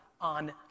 on